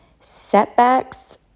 Setbacks